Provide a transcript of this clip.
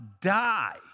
die